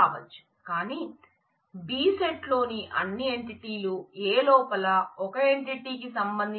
కాబట్టి A లోని 1 entity అని అంటాం